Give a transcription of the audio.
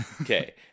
okay